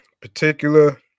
Particular